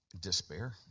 despair